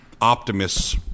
optimists